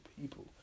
people